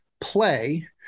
play